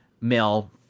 male